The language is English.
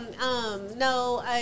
No